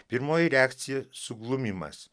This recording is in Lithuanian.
pirmoji reakcija suglumimas